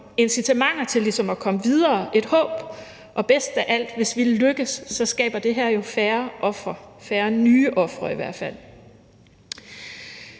incitamenter til ligesom at komme videre, et håb, og bedst af alt: Hvis vi lykkes, skaber det her jo færre ofre, i hvert fald